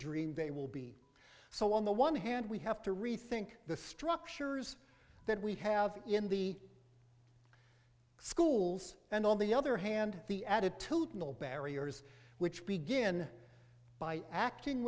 dreamed they will be so on the one hand we have to rethink the structures that we have in the schools and on the other hand the attitudinal barriers which begin by acting